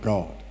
God